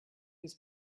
his